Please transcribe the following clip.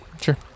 Sure